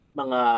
mga